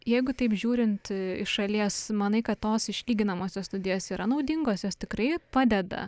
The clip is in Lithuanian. jeigu taip žiūrint iš šalies manai kad tos išlyginamosios studijos yra naudingos jos tikrai padeda